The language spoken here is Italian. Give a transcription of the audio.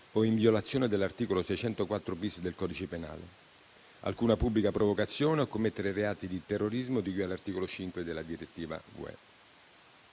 o in violazione dell'articolo 604-*bis* del codice penale; alcuna pubblica provocazione a commettere reati di terrorismo di cui all'articolo 5 della direttiva UE.